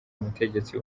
umutegetsi